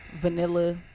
vanilla